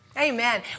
Amen